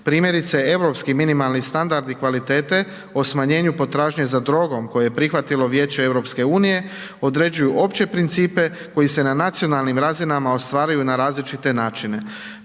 Primjerice europski minimalni standardi i kvalitete o smanjenju potražnje za drogom, koje je prihvatilo Vijeće EU, određuje opće principe, koji se na nacionalnim razinama ostvaraju na različite načine.